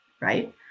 right